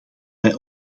wij